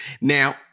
now